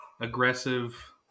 aggressive